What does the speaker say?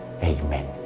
Amen